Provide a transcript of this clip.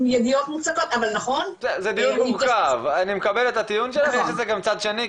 ידיעות מוצקות --- אני מקבל את הטיעון שלך אבל יש לזה גם צד שני,